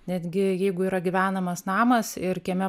netgi jeigu yra gyvenamas namas ir kieme